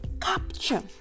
capture